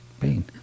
Pain